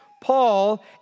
Paul